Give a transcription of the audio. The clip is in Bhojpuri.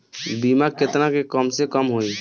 बीमा केतना के कम से कम होई?